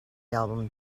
album